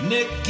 Nick